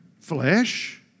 flesh